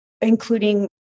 including